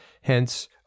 Hence